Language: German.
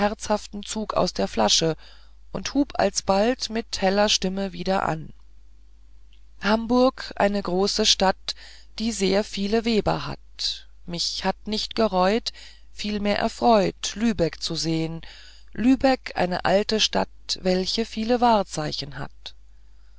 aus der flasche und hub alsbald mit heller stimme wieder an hamburg eine große stadt die sehr viele werber hat mich hat nicht gereut vielmehr erfreut lübeck zu sehn lübeck eine alte stadt welche viel wahrzeichen hat